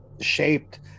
shaped